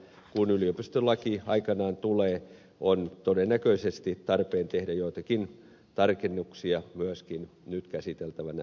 kun yliopistolaki aikanaan tulee on todennäköisesti tarpeen tehdä joitakin tarkennuksia myöskin nyt käsiteltävänä olevaan lakiin